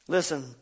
Listen